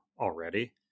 already